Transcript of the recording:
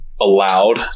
allowed